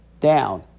down